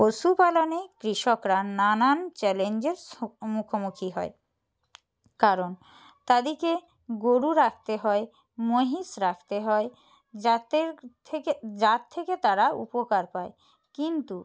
পশুপালনে কৃষকরা নানান চ্যালেঞ্জের মুখোমুখি হয় কারণ তাদেরকে গোরু রাখতে হয় মহিষ রাখতে হয় যাতের থেকে যার থেকে তারা উপকার পায় কিন্তু